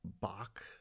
Bach